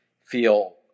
feel